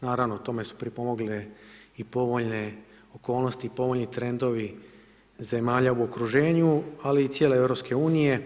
Naravno, tome su pripomogle i povoljne okolnosti, povoljni trendovi zemalja u okruženju, ali i cijele EU.